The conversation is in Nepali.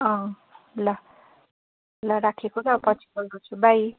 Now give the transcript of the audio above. अँ ल ल राखेको ल पछि कल गर्छु बाई